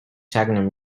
techno